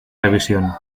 revisión